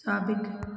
साबिकु